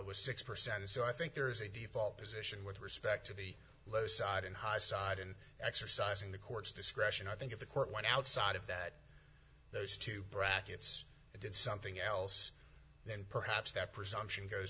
was six percent so i think there is a default position with respect to the low side and high side and exercising the court's discretion i think if the court went outside of that those two brackets did something else then perhaps that presumption goes